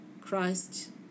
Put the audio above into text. Christ